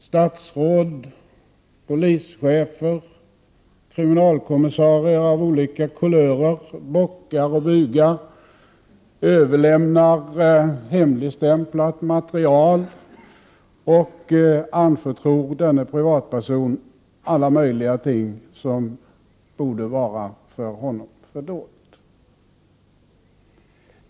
Statsråd, polischefer, kriminalkommissarier av olika kulörer bockar och bugar, överlämnar hemligstämplat material och anförtror denna privatperson alla möjliga ting som borde vara för honom fördolda.